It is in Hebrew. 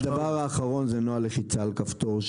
דבר אחרון זה נוהל לחיצה על כפתור.